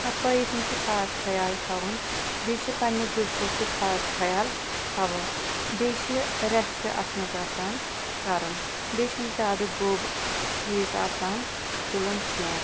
صفٲیی ہُنٛد چھُ خاص خیال تھاوُن بیٚیہِ چھُ پَنٕنہِ غذہُک تہِ خاص خیال تھاوُن بیٚیہِ چھُ ریٚسٹ اتھ مَنٛز آسان کَرُن بیٚیہِ چھُ نہٕ زیادٕ گوٚب چیٖز آسان تُلُن کیٚنٛہہ